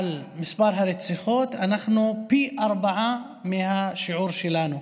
מספר הרציחות זה פי ארבעה מהשיעור שלנו.